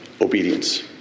obedience